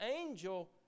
angel